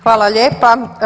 Hvala lijepa.